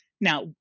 Now